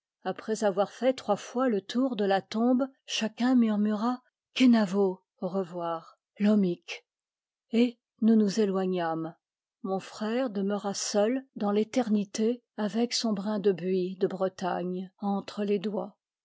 après avoir fait trois fois le tour de la tombe chacun murmura kenavo au revoir lommic et nous nous éloignâmes mon frère demeura seul dans l'éternité avec son brin de buis de bretagne entre les doigts